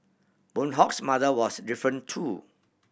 Boon Hock's mother was different too